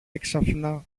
έξαφνα